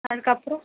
அதுக்கப்புறோம்